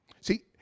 See